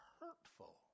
hurtful